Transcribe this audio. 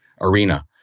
arena